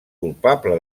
culpable